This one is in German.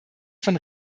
von